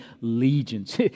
legions